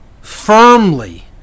firmly